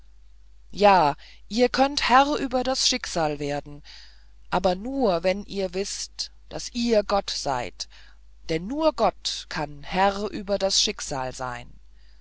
ja ihr könnt herr über das schicksal werden aber nur wenn ihr wißt daß ihr gott seid denn nur gott kann herr über das schicksal sein